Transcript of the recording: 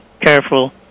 careful